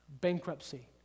bankruptcy